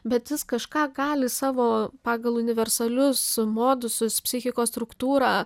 bet jis kažką gali savo pagal universalius modusus psichikos struktūrą